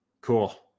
cool